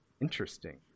Interesting